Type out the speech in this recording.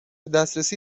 دسترسی